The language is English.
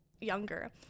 Younger